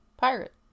pirate